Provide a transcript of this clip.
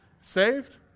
saved